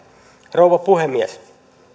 rouva puhemies